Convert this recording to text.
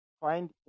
Find